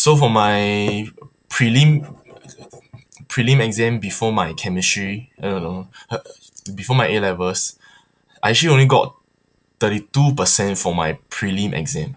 so for my prelim prelim exam before my chemistry uh no no before my A levels I actually only got thirty two percent for my prelim exam